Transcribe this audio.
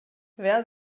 wer